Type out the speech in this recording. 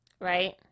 right